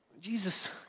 Jesus